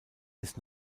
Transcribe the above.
des